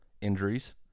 Injuries